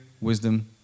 wisdom